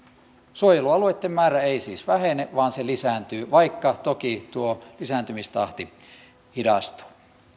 suojelualueitten määrä ei siis vähene vaan se lisääntyy vaikka toki tuo lisääntymistahti hidastuu